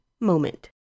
moment